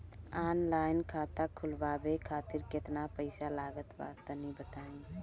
Online खाता खूलवावे खातिर केतना पईसा लागत बा तनि बताईं?